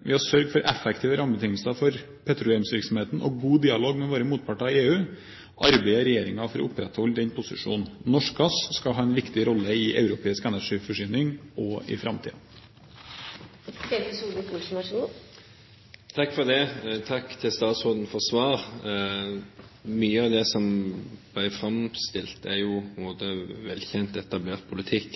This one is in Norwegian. Ved å sørge for effektive rammebetingelser for petroleumsvirksomheten og god dialog med våre motparter i EU arbeider regjeringen for å opprettholde denne posisjonen. Norsk gass skal ha en viktig rolle i europeisk energiforsyning også i framtiden. Takk til statsråden for svaret. Mye av det som ble framstilt, er jo på en måte velkjent, etablert politikk.